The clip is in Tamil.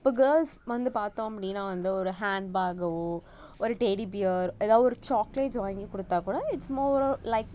இப்போ கேர்ள்ஸ் வந்து பார்த்தோம் அப்படின்னா வந்து ஒரு ஹாண்ட் பேக்கோ ஒரு டெடி பியர் ஏதா ஒரு சாக்லேட்ஸ் வாங்கி கொடுத்தா கூட இட்ஸ் மோரோவர் லைக்